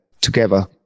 together